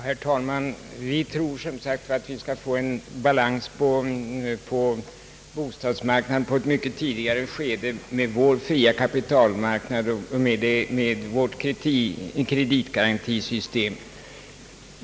Herr talman! Vi tror, som jag tidigare sagt, att vi skall få balans på bostadsmarknaden på ett mycket tidigare skede med vår fria kapitalmarknad och vårt kreditgarantisystem.